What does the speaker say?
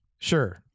Sure